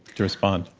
to respond.